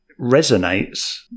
resonates